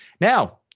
Now